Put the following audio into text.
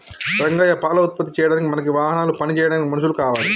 రంగయ్య పాల ఉత్పత్తి చేయడానికి మనకి వాహనాలు పని చేయడానికి మనుషులు కావాలి